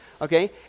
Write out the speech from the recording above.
okay